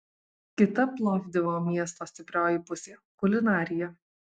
kita plovdivo miesto stiprioji pusė kulinarija